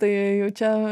tai jau čia